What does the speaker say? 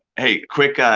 hey, quick, ah